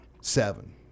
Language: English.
seven